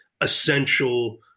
essential